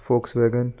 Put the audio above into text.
Volkswagen